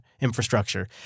infrastructure